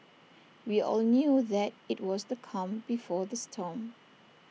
we all knew that IT was the calm before the storm